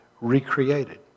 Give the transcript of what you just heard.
recreated